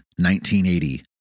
1980